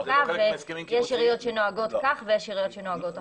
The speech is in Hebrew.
זה לא חלק מהחוקה ויש עיריות שנוהגות כך ויש עיריות שנוהגות אחרת.